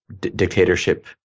dictatorship